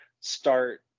start